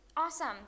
Awesome